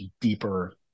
deeper